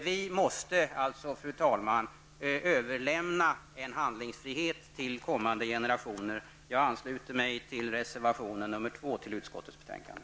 Vi måste alltså, fru talman, överlämna en handlingsfrihet till kommande generationer. Jag ansluter mig till reservation nr 2 till utskottets betänkande.